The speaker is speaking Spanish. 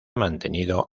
mantenido